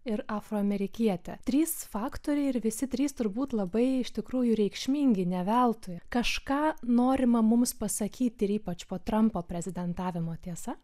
ir afroamerikietė trys faktoriai ir visi trys turbūt labai iš tikrųjų reikšmingi ne veltui kažką norima mums pasakyti ir ypač po trampo prezidentavimo tiesa